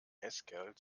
haskell